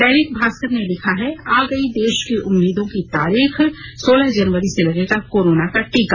दैनिक भास्कर ने लिखा है आ गयी देश की उम्मीदों की तारीख सोलह जनवरी से लगेगा कोरोना का टीका